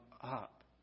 up